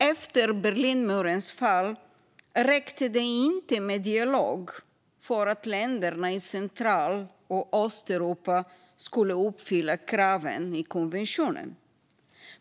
Efter Berlinmurens fall räckte det inte med dialog för att länderna i Central och Östeuropa skulle uppfylla kraven i konventionen.